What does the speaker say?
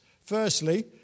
Firstly